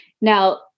Now